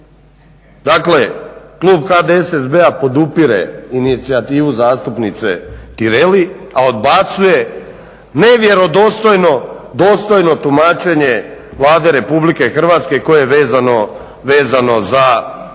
Dakle klub HDSSB-a podupire inicijativu zastupnice Tireli, a odbacuje nevjerodostojno dostojno tumačenje Vlade Republike Hrvatske koje je vezano za ja